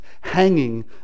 hanging